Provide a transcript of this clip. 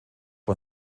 man